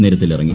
നിരത്തിലിറങ്ങി